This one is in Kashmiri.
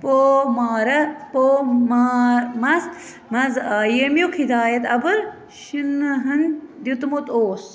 پو مارا پومامَس منٛز آیہِ ییٚمیُک ہدایَت اول شِنٕہَن دیُتمُت اوس